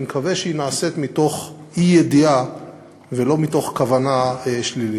אני מקווה שהיא נעשית מתוך אי-ידיעה ולא מתוך כוונה שלילית.